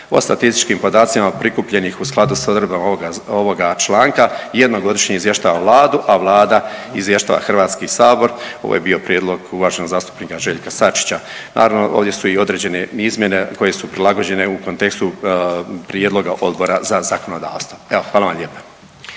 po statističkim podacima prikupljenim u skladu s odredbama ovoga članka jednom godišnje izvještava Vladu, a Vlada izvještava Hrvatski sabor. Ovo je bio prijedlog uvaženog zastupnika Željka Sačića. Naravno ovdje su i određene izmjene koje su prilagođene u kontekstu prijedloga Odbora za zakonodavstvo. Evo, hvala vam lijepo.